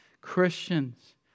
Christians